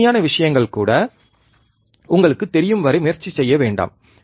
எளிமையான விஷயங்கள் கூட உங்களுக்குத் தெரியும் வரை முயற்சி செய்ய வேண்டாம்